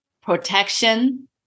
protection